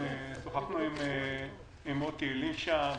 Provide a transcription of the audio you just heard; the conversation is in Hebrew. שוחחנו עם מוטי אלישע,